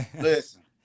Listen